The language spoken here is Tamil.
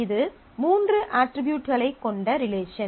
இது மூன்று அட்ரிபியூட்களைக் கொண்ட ரிலேசன்